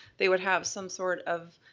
they would have some sort of